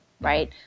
right